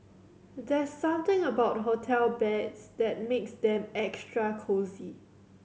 there's something about hotel beds that makes them extra cosy